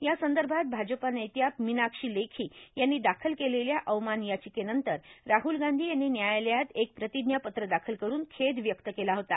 या संदभात भाजप नेत्या मीनाक्षी लेखी यांनी दाखल केलेल्या अवमान र्याचकेनंतर राहुल गांधी यांनी न्यायालयात एक प्र्रातज्ञापत्र दाखल करून खेद व्यक्त केला होता